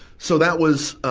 so that was, um,